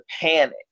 panic